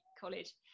college